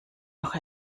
noch